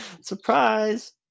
surprise